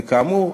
וכאמור,